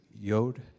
yod